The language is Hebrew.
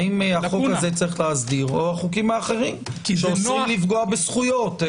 האם החוק הזה צריך להסדיר או החוקים האחרים שאוסרים לפגוע בזכויות.